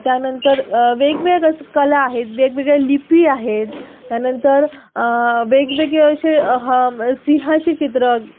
त्यानंतर वेगवेग असे कला आहेत वेगवेगळ्या लिपी आहेत त्यानंतर वेगवेगळी असे हा म सिंहाची चित्रं